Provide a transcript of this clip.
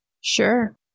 Sure